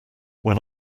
when